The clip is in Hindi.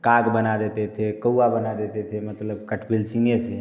काग बना देते थे कौवा बना देते थे मतलब कट पेल्सिंगे से